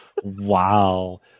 Wow